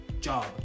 job